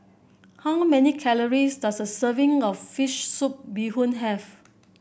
how many calories does a serving of fish soup Bee Hoon have